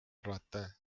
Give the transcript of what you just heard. arvata